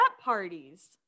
parties